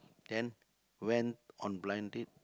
then went on blind date